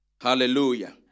Hallelujah